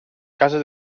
casa